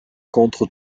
contre